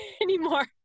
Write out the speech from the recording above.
anymore